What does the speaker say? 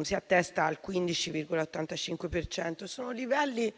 si attesta al 15,85 per cento. Sono livelli